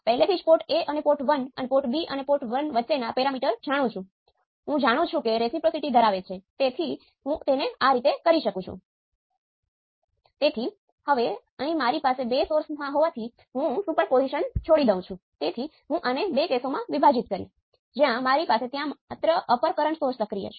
તેથી આ બિંદુએ મારી પાસે Vtest ભાંગ્યા K છે